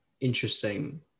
interesting